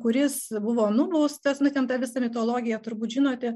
kuris buvo nubaustas nu ten tą visą mitologiją turbūt žinote